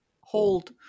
hold